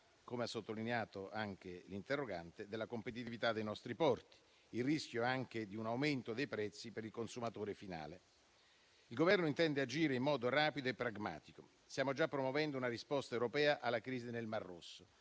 come ha sottolineato anche l'interrogante, della competitività dei nostri porti, e c'è il rischio anche di un aumento dei prezzi per il consumatore finale. Il Governo intende agire in modo rapido e pragmatico. Stiamo già promuovendo una risposta europea alla crisi nel mar Rosso.